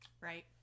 Right